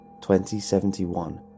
2071